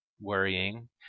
worrying